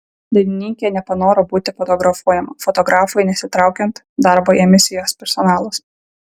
dainininkė nepanoro būti fotografuojama fotografui nesitraukiant darbo ėmėsi jos personalas